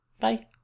Bye